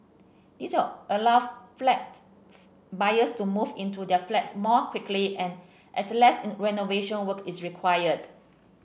this will allow flat buyers to move into their flats more quickly and as less renovation work is required